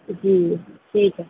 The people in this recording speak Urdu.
جی ٹھیک ہے